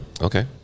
Okay